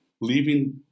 leaving